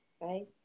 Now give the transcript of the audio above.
right